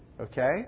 Okay